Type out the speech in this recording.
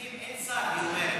היא אומרת שאין שר.